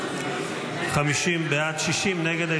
50 בעד, 60 נגד.